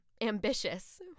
ambitious